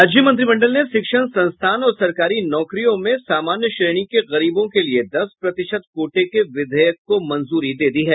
राज्य मंत्रिमंडल ने शिक्षण संस्थान और सरकारी नौकरियों में सामान्य श्रेणी के गरीबों के लिए दस प्रतिशत कोटे के विधेयक को मंजूरी दे दी है